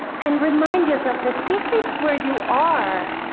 and remind yourself that this is where you are,